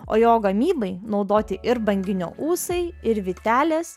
o jo gamybai naudoti ir banginio ūsai ir vytelės